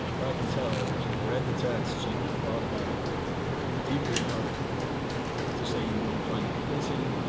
if i can tell that you've read the text and have thought about it deeply enough to say you don't find a convincing,